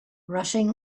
rushing